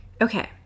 Okay